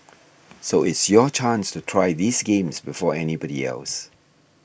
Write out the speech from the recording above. so it's your chance to try these games before anybody else